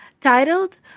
titled